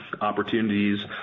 opportunities